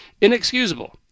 inexcusable